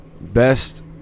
Best